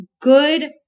good